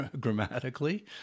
grammatically